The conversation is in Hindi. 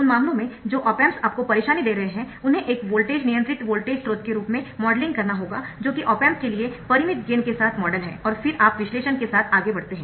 उन मामलों में जो ऑप एम्प्स आपको परेशानी दे रहे है उन्हें एक वोल्टेज नियंत्रित वोल्टेज स्रोत के रूप में मॉडलिंग करना होगा जो कि ऑप एम्प के लिए परिमित गेन के साथ मॉडल है और फिर आप विश्लेषण के साथ आगे बढ़ते है